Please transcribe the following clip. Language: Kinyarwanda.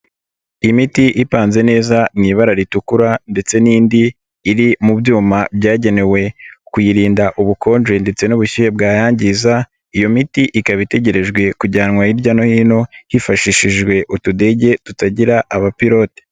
Imiti ipanze neza mu ibara ritukura ndetse n'indi iri mu byuma byagenewe kuyirinda ubukonje ndetse n'ubushyuhe bwayangiza, iyo miti ikaba itegerejwe kujyanwa hirya no hino, hifashishijwe utudege tutagira abapirote.